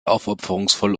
aufopferungsvoll